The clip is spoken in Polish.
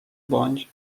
bądź